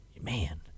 man